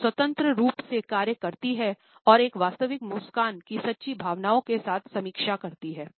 स्वतंत्र रूप से कार्य करती है और एक वास्तविक मुस्कान की सच्ची भावनाओं के साथ समीक्षा करें